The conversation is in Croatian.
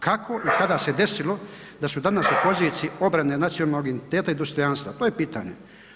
Kako i kada se desilo da su danas u poziciji obrane nacionalnog identiteta i dostojanstva, to je pitanje?